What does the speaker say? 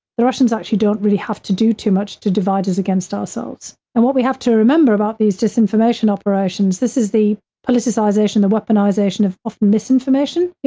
the russians actually don't really have to do too much to divide us against ourselves. and what we have to remember about these disinformation operations this is the politicization, the weaponization of of misinformation, you